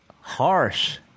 harsh